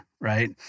right